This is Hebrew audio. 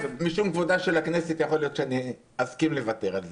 משום כבודה של הכנסת יכול להיות שאני אסכים לוותר על זה.